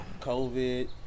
COVID